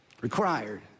required